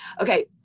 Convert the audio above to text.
okay